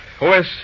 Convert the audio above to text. OS